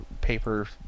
paper